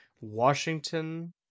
Washington